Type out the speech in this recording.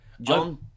John